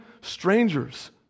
strangers